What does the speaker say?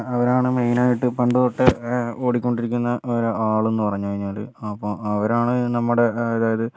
അവരാണ് മെയിനായിട്ട് പണ്ട് തൊട്ടേ ഓടിക്കൊണ്ടിരിക്കുന്ന ഒര് ആളെന്ന് പറഞ്ഞ് കഴിഞ്ഞാല് അപ്പോൾ അവരാണ് നമ്മുടെ അതായത്